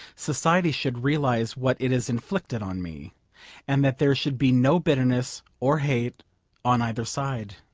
society should realise what it has inflicted on me and that there should be no bitterness or hate on either side.